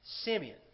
Simeon